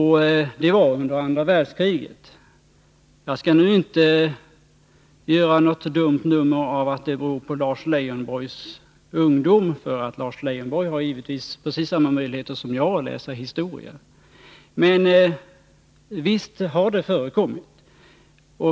Det var under andra världskriget. Jag skall nu inte göra något dumt nummer av att okunnigheten beror på Lars Leijonborgs ungdom, för han har givetvis precis samma möjligheter som jag att läsa historia. Men visst har det förekommit.